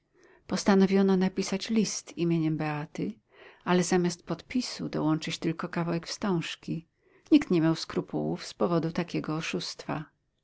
postanowiono napisać list imieniem beaty ale zamiast podpisu dołączyć tylko kawałek wstążki nikt nie miał skrupułów z powodu takiego oszustwa